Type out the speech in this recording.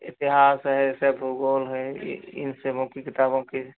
इतिहास है जैसे भुगोल है इन सबों की किताबों की